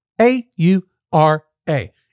A-U-R-A